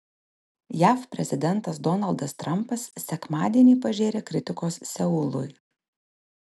jav prezidentas donaldas trampas sekmadienį pažėrė kritikos seului